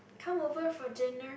come over for dinner